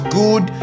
good